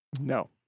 no